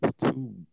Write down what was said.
two